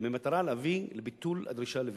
במטרה להביא לביטול הדרישה לוויזה.